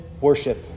worship